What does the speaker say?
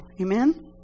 Amen